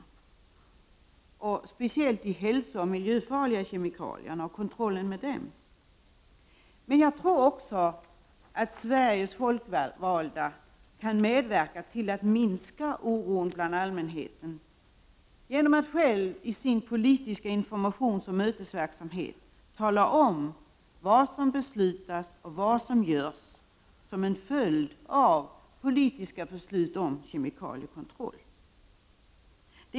Det handlar då speciellt om de hälsooch miljöfarliga kemikalierna samt om kontrollen i det avseendet. Sedan tror jag också att Sveriges folkvalda kan medverka till en minskning av oron bland allmänheten genom att själva i den politiska informationen och i den egna mötesverksamheten tala om vad som beslutas och vad som görs till följd av politiska beslut om kemikaliekontroll.